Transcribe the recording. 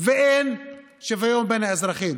ואין שוויון בין האזרחים.